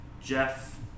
Jeff